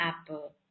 apple